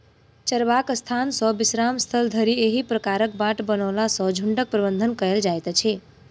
चरबाक स्थान सॅ विश्राम स्थल धरि एहि प्रकारक बाट बनओला सॅ झुंडक प्रबंधन कयल जाइत छै